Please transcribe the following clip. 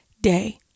day